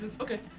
okay